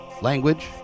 language